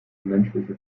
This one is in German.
menschliche